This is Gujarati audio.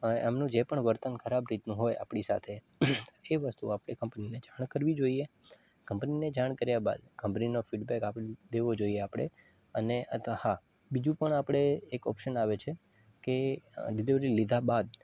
એમનું જે પણ વર્તન ખરાબ રીતનું હોય આપણી સાથે એ વસ્તુ આપણે કંપનીને જાણ કરવી જોઈએ કંપનીને જાણ કાર્ય બાદ કંપનીનો ફિડબેક આપણે દેવો જોઈએ આપણે અને અથવા હા બીજું પણ આપણે એક ઓપ્શન આવે છે કે ડીલિવરી લીધા બાદ